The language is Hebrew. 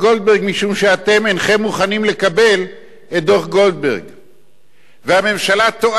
אם אתם לא מוכנים, לא תקבלו כלום.